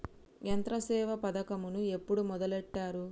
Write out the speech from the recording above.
యంత్రసేవ పథకమును ఎప్పుడు మొదలెట్టారు?